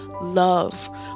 love